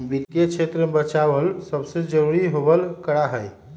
वित्तीय क्षेत्र में बचाव सबसे जरूरी होबल करा हई